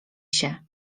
się